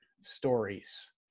stories